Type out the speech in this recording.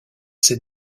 ces